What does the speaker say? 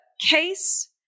case